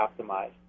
optimized